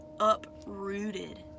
uprooted